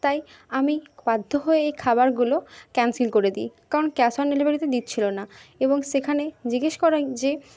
তাই আমি বাধ্য হয়ে এই খাবারগুলো ক্যানসেল করে দিই কারণ ক্যাশ অন ডেলিভারিতে দিচ্ছিলো না এবং সেখানে জিজ্ঞেস করাই যে